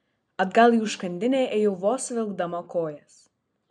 atgal į užkandinę ėjau vos vilkdama kojas